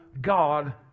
God